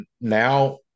now